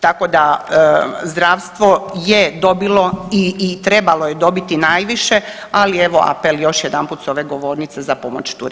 Tako da zdravstvo je dobilo i trebalo je dobiti najviše, ali evo apel još jedanput s ove govornice za pomoć turizmu.